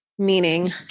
meaning